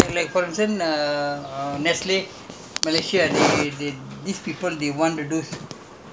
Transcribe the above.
anything lah anything lah they they they will the market lah see we are like like concern uh err Nestle